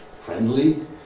friendly